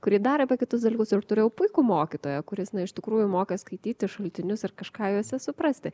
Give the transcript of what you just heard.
kuri dar apie kitus dalykus ir turėjau puikų mokytoją kuris na iš tikrųjų mokė skaityti šaltinius ir kažką juose suprasti